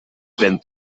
been